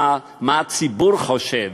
מה הציבור חושב,